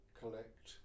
collect